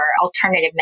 alternative